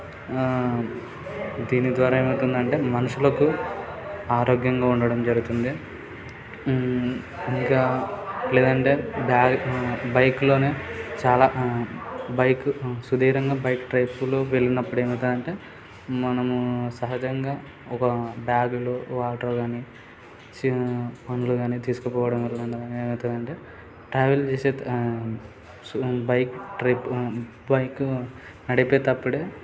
దీని ద్వారా ఏమవుతుందంటే మనుషులకు ఆరోగ్యంగా ఉండటం జరుగుతుంది ఇంకా లేదంటే బ్యాగ్ బైక్లోనే చాలా బైక్ సుదీర్ఘంగా బైక్ ట్రిప్పులో వెళ్ళినప్పుడు ఏమవుతుందంటే మనము సహజంగా ఒక బ్యాగులో వాటర్ కానీ పండ్లు కానీ తీసుకుపోవడం వలన ఏమవుతుందంటే ట్రావెల్ చేసే సూ బైక్ ట్రిప్ బైక్ నడిపేటప్పుడే